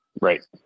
right